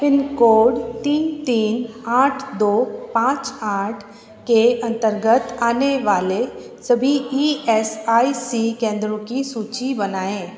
pin code तीन तीन आठ दो पांच आठ के अंतर्गत आने वाले सभी ई एस आई सी केंद्रों की सूची बनाएं